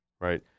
right